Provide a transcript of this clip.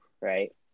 right